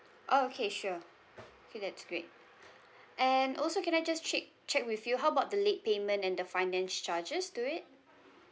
oh okay sure K that's great and also can I just check check with you how about the late payment and the finance charges to it